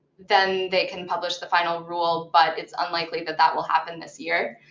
then they can publish the final rule. but it's unlikely that that will happen this year.